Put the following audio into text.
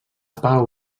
pau